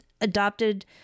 adopted